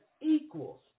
equals